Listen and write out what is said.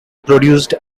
produced